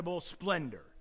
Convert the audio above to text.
splendor